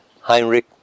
Heinrich